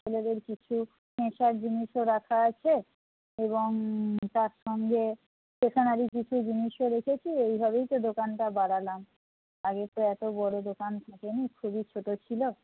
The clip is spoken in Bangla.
ছেলেদের কিছু নেশার জিনিসও রাখা আছে এবং তার সঙ্গে স্টেশনারি কিছু জিনিসও রেখেছি এইভাবেই তো দোকানটা বাড়ালাম আগে তো এত বড়ো দোকান থাকে নি খুবই ছোটো ছিল